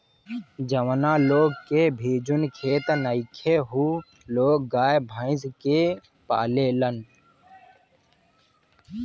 जावना लोग के भिजुन खेत नइखे उ लोग गाय, भइस के पालेलन